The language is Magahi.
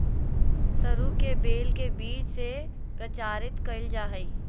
सरू के बेल के बीज से प्रचारित कइल जा हइ